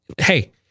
Hey